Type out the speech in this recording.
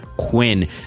Quinn